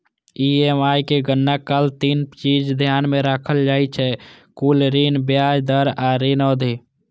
EMI के गणना काल तीन चीज ध्यान मे राखल जाइ छै, कुल ऋण, ब्याज दर आ ऋण अवधि